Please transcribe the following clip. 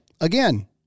Again